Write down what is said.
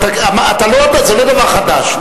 זה לא דבר חדש,